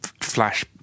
flash